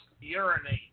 urinate